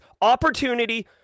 opportunity